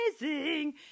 amazing